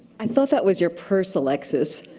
i thought that was your purse, alexis.